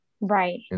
Right